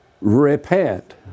Repent